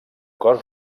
cos